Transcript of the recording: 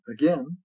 again